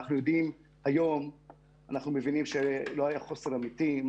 אנחנו יודעים היום ומבינים שלא היה חוסר אמיתי.